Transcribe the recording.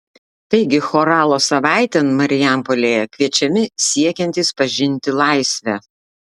taigi choralo savaitėn marijampolėje kviečiami siekiantys pažinti laisvę